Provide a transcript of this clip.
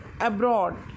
abroad